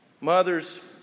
Mother's